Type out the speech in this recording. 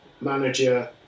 manager